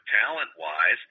talent-wise –